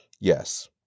Yes